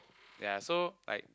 ya so like